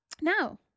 Now